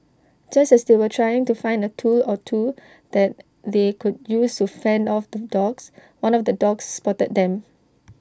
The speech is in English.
just as they were trying to find A tool or two that they could use to fend off the dogs one of the dogs spotted them